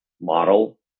model